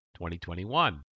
2021